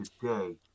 today